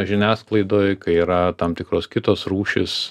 žiniasklaidoj kai yra tam tikros kitos rūšys